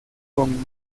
con